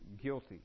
guilty